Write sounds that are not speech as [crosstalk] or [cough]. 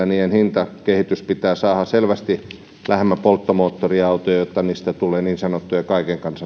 [unintelligible] niiden hintakehitys pitää saada selvästi lähemmäs polttomoottoriautoja jotta niistä tulee niin sanottuja kaiken kansan [unintelligible]